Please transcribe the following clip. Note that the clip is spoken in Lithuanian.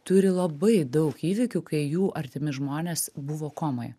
turi labai daug įvykių kai jų artimi žmonės buvo komoje